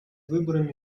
выборами